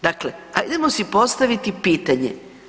Dakle, ajdemo si postaviti pitanje.